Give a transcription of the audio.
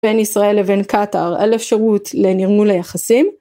בין ישראל לבין קטאר אין אפשרות לנרמול היחסים.